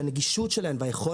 שהנגישות שלהן והיכולת שלהן להשתמש